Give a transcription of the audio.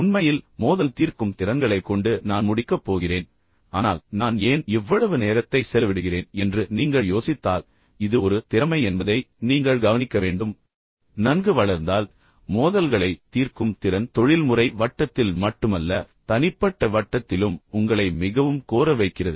உண்மையில் மோதல் தீர்க்கும் திறன்களைப் கொண்டு நான் முடிக்கப் போகிறேன் ஆனால் நான் ஏன் இவ்வளவு நேரத்தை செலவிடுகிறேன் என்று நீங்கள் யோசித்தால் இது ஒரு திறமை என்பதை நீங்கள் கவனிக்க வேண்டும் நன்கு வளர்ந்தால் மோதல்களைத் தீர்க்கும் திறன் தொழில்முறை வட்டத்தில் மட்டுமல்ல தனிப்பட்ட வட்டத்திலும் உங்களை மிகவும் கோர வைக்கிறது